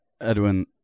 Edwin